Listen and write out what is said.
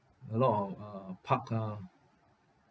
a lot of uh park ah